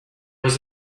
was